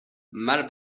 mal